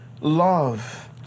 love